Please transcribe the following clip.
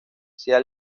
sea